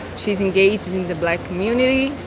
she's engaged in the black community.